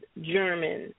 German